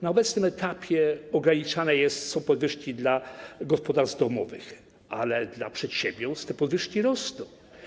Na obecnym etapie ograniczane są podwyżki dla gospodarstw domowych, ale dla przedsiębiorstw te podwyżki rosną.